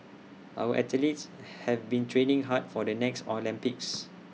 our athletes have been training hard for the next Olympics